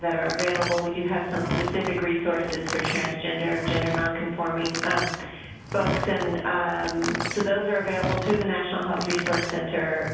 that are available. we do have some specific resources for transgender and gender nonconforming folks and so, those who are available through the national health resource center,